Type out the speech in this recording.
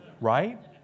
Right